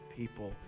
people